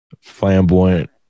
flamboyant